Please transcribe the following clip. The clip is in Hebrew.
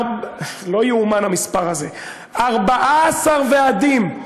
לא ייאמן המספר הזה: 14 ועדים,